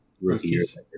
Rookies